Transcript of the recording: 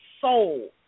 soul